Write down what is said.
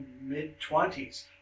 mid-twenties